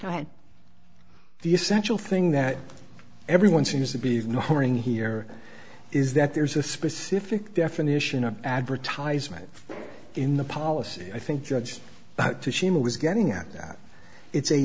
right the essential thing that everyone seems to be ignoring here is that there's a specific definition of advertisement in the policy i think judge was getting at that it's a